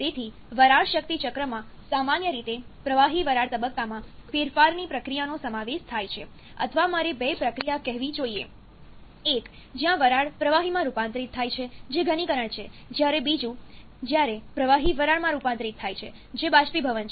તેથી વરાળ શક્તિ ચક્રમાં સામાન્ય રીતે પ્રવાહી વરાળ તબક્કામાં ફેરફારની પ્રક્રિયાનો સમાવેશ થાય છે અથવા મારે બે પ્રક્રિયા કહેવી જોઈએ એક જ્યાં વરાળ પ્રવાહીમાં રૂપાંતરિત થાય છે જે ઘનીકરણ છે જ્યારે બીજું જ્યારે પ્રવાહી વરાળમાં રૂપાંતરિત થાય છે જે બાષ્પીભવન છે